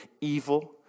evil